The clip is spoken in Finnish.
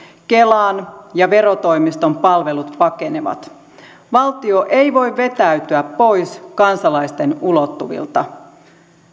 kelan ja verotoimiston palvelut pakenevat valtio ei voi vetäytyä pois kansalaisten ulottuvilta